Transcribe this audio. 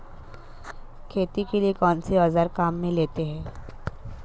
खेती के लिए कौनसे औज़ार काम में लेते हैं?